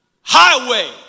Highway